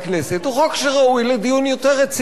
הוא חוק שראוי לדיון יותר רציני.